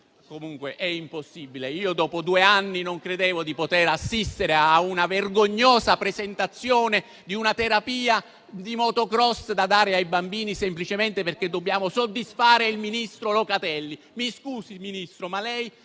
Comunque, dopo due anni, non credevo di poter assistere alla vergognosa presentazione di una terapia di *motocross* da dare ai bambini, semplicemente perché dobbiamo soddisfare il ministro Locatelli. Mi scusi, Ministro, lei